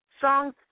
songs